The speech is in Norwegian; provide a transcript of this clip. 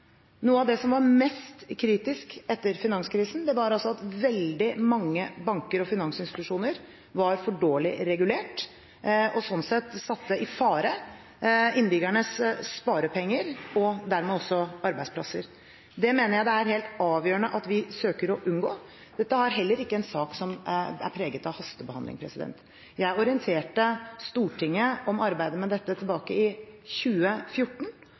Noe av det som var mest kritisk etter finanskrisen, var at veldig mange banker og finansinstitusjoner var for dårlig regulert og slik sett satte i fare innbyggernes sparepenger og dermed også arbeidsplasser. Det mener jeg det er helt avgjørende at vi søker å unngå. Dette er heller ikke en sak som er preget av hastebehandling. Jeg orienterte Stortinget om arbeidet med dette tilbake i 2014